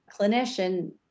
clinician